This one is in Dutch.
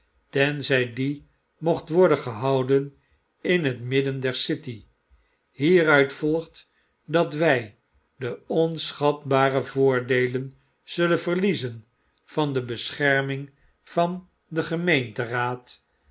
tenzy die mocht worden gehouden in het midden der city meruit volgt dat wjj de onschatbare voordeelen zullen verliezenvan de bescherming van den gemeenteraad